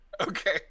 Okay